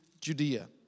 Judea